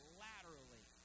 laterally